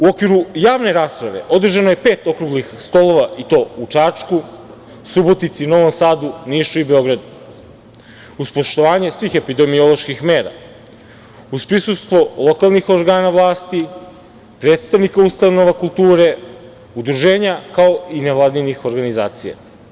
U okviru javne rasprave održano je pet okruglih stolova, i to u Čačku, Subotici, Novom Sadu, Nišu i Beogradu, uz poštovanje svih epidemioloških mera, uz prisustvo lokalnih organa vlasti, predstavnika ustanova kulture, udruženja, kao i nevladinih organizacija.